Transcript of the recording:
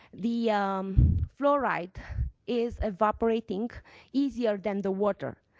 the um fluoride is evaporating easier than the water.